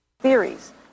Theories